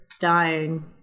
dying